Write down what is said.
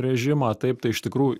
režimą taip tai iš tikrų